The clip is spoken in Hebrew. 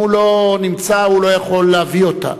אם הוא לא נמצא, הוא לא יכול להביא אותה,